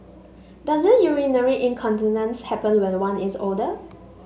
doesn't urinary incontinence happen when one is older